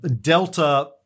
Delta